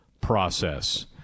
process